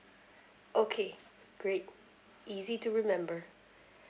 okay great easy to remember